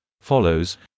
follows